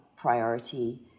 Priority